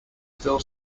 still